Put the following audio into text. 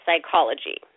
psychology